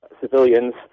civilians